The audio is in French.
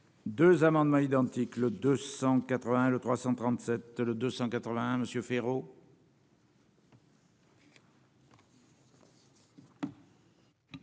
2 amendements identiques, le 280 le 337 le 281 Monsieur Féraud.